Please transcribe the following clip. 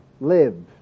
live